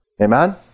Amen